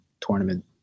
tournament